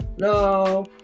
No